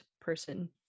person